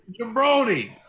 jabroni